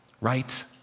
Right